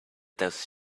those